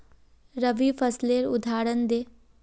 रवि फसलेर उदहारण दे?